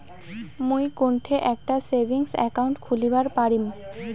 মুই কোনঠে একটা সেভিংস অ্যাকাউন্ট খুলিবার পারিম?